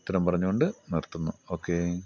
ഇത്രയും പറഞ്ഞതു കൊണ്ട് നിർത്തുന്നു ഓക്കേ